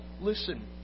listen